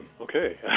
Okay